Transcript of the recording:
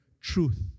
Truth